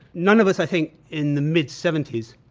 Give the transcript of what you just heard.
none of us, i think, in the mid seventy s,